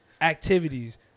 activities